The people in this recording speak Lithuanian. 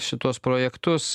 šituos projektus